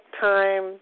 time